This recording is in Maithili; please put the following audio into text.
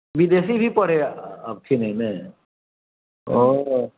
विदेशी भी पढ़े अबथिन एहिमे ओ